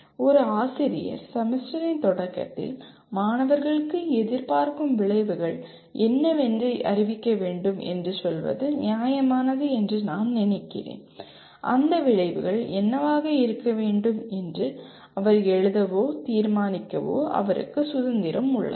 ஒரு ஆசிரியர் செமஸ்டரின் தொடக்கத்தில் மாணவர்களுக்கு எதிர் பார்க்கும் விளைவுகள் என்னவென்று அறிவிக்க வேண்டும் என்று சொல்வது நியாயமானது என்று நான் நினைக்கிறேன் அந்த விளைவுகள் என்னவாக இருக்க வேண்டும் என்று அவர் எழுதவோ தீர்மானிக்கவோ அவருக்கு சுதந்திரம் உள்ளது